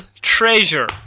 Treasure